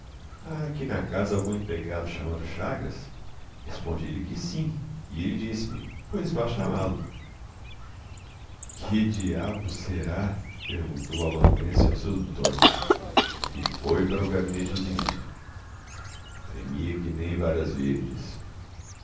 aqui na casa algum empregado chamado chagas respondi-lhe que sim e ele disse-me pois vá chamá-lo que diabo será perguntou o amanuense aos seus botões e foi para o gabinete do ministro tremia que nem varas verdes